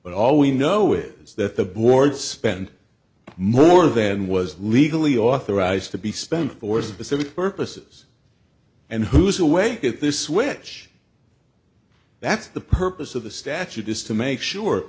but all we know is that the board spent more than was legally authorized to be spent for specific purposes and who's awake at this which that's the purpose of the statute is to make sure